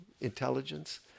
intelligence